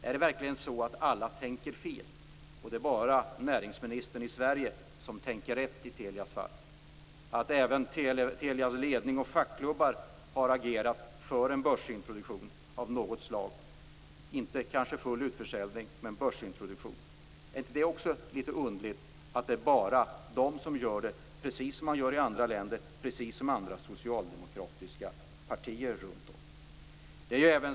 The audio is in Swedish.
Är det verkligen så att alla tänker fel och att det bara är näringsministern i Sverige som tänker rätt i Telias fall? Även Telias ledning och fackklubbar har agerat för en börsintroduktion av något slag - kanske inte full utförsäljning men i alla fall en börsintroduktion. Är det inte också litet underligt att det bara är de som gör det - precis som man gör i andra länder, precis som andra socialdemokratiska partier runt om?